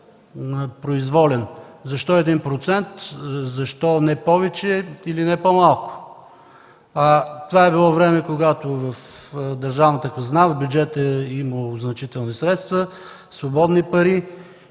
процент, защо не повече или не по-малко? Това е било време, когато в държавната хазна, в бюджета е имало значителни средства, свободни пари